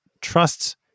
trusts